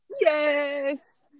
yes